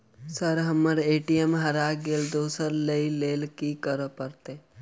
Sir हम्मर ATM हरा गइलए दोसर लईलैल की करऽ परतै?